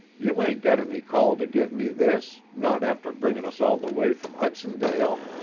you ain't got any call to give me this, not after bringin' us all the way from hudsondale.